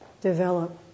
Develop